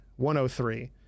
103